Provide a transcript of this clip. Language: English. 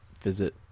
Visit